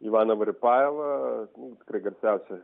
ivana varipailą tikrai garsiausią